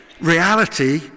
reality